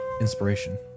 inspiration